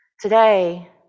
Today